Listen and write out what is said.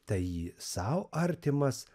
tai į sau artimas